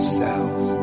cells